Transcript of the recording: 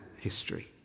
history